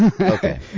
Okay